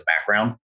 background